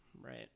right